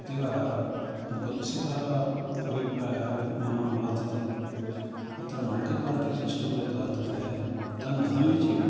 अतीवकुत्सितः अभिप्रायः मम वर्तते अत्र मल्टिपार्टि सिस्टम् यद्वर्तते तन्नदमीचीनम्